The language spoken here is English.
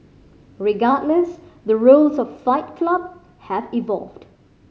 regardless the rules of Fight Club have evolved